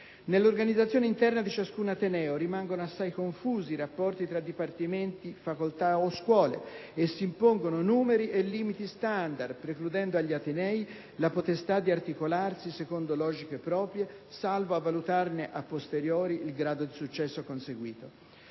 Nell'organizzazione interna di ciascun ateneo rimangono assai confusi i rapporti tra dipartimenti, facoltà o scuole, e s'impongono numeri e limiti standard, precludendo agli atenei la potestà di articolarsi secondo logiche proprie, salvo a valutarne a posteriori il grado di successo conseguito.